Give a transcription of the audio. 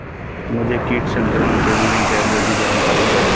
मुझे कीट संक्रमण के विभिन्न पहलुओं की जानकारी है